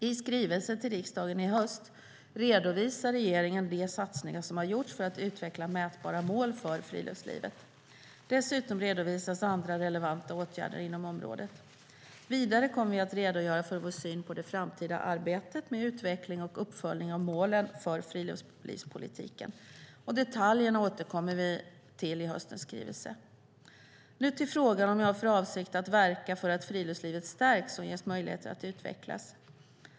I skrivelsen till riksdagen i höst redovisar regeringen de satsningar som har gjorts för att utveckla mätbara mål för friluftslivet. Dessutom redovisas andra relevanta åtgärder inom området. Vidare kommer vi att redogöra för vår syn på det framtida arbetet med utveckling och uppföljning av målen för friluftslivspolitiken. Detaljerna återkommer vi till i höstens skrivelse. Nu till frågan om jag har för avsikt att verka för att friluftslivet stärks och ges möjligheter att utvecklas.